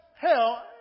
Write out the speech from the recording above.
hell